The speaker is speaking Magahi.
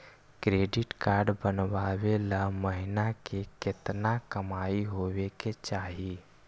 क्रेडिट कार्ड बनबाबे ल महीना के केतना कमाइ होबे के चाही?